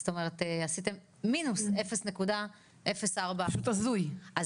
זאת אומרת עשיתם 0.04%-. פשוט הזוי.